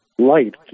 light